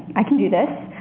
i can do this.